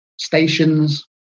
stations